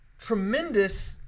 tremendous